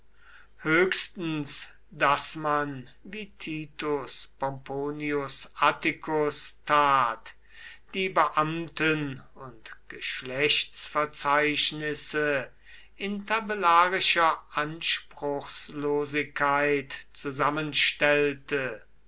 höchstens daß man wie titus pomponius atticus tat die beamten und geschlechtsverzeichnisse in tabellarischer anspruchslosigkeit zusammenstellte